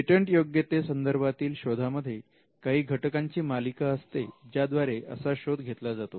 पेटंटयोग्यते संदर्भातील शोधामध्ये काही घटकांची मालिका असते ज्याद्वारे असा शोध घेतला जातो